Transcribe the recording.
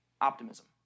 optimism